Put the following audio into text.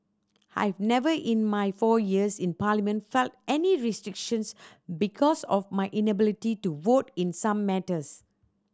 I've never in my four years in Parliament felt any restrictions because of my inability to vote in some matters